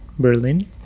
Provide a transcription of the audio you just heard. Berlin